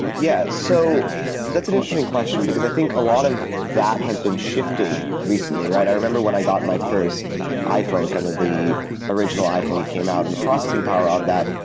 yeah. so that's an interesting question, because i think a lot of that has been shifting recently. i remember when i got my first iphone, kind of the original iphone that came out, and the processing power on that,